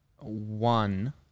one